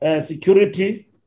security